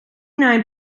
nine